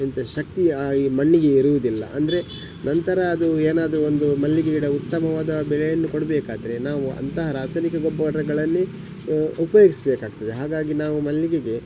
ಎಂತ ಶಕ್ತಿ ಆ ಈ ಮಣ್ಣಿಗೆ ಇರುವುದಿಲ್ಲ ಅಂದರೆ ನಂತರ ಅದು ಏನಾದರೂ ಒಂದು ಮಲ್ಲಿಗೆ ಗಿಡ ಉತ್ತಮವಾದ ಬೆಳೆಯನ್ನು ಕೊಡಬೇಕಾದ್ರೆ ನಾವು ಅಂತಹ ರಾಸಾಯನಿಕ ಗೊಬ್ಬರಗಳನ್ನೇ ಉಪಯೋಗಿಸಬೇಕಾಗ್ತದೆ ಹಾಗಾಗಿ ನಾವು ಮಲ್ಲಿಗೆಗೆ